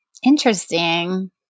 Interesting